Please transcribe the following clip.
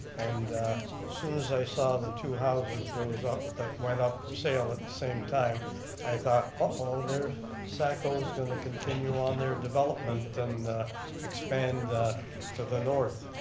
and soon as i saw the two houses goes up, that went up for sale at the same time i thought, uh-oh, their cycles going to continue on their development and expand to the north.